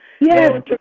yes